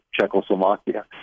Czechoslovakia